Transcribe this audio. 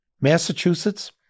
Massachusetts